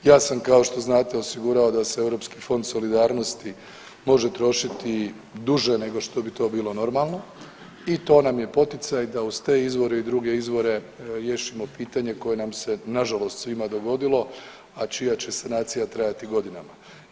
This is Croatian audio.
Ja sam kao što znate osigurao da se Europski fond solidarnosti može trošiti duže nego što bi to bilo normalno i to nam je poticaj da uz te izvore i druge izvore riješimo pitanje koje nam se nažalost svima dogodilo, a čija će sanacija trajati godinama.